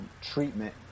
treatment